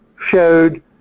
showed